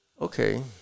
Okay